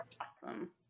Awesome